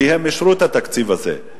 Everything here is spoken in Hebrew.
כי הם אישרו את התקציב הזה,